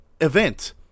event